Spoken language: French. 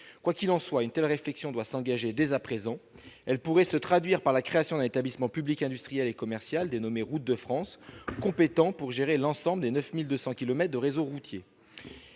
quoi qu'il en soit, une telle réflexion doit s'engager dès à présent, elle pourrait se traduire par la création d'un établissement public industriel et commercial dénommé routes de France, compétent pour gérer l'ensemble des 9200 kilomètres de réseau routier